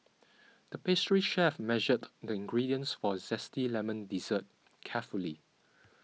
the pastry chef measured the ingredients for Zesty Lemon Dessert carefully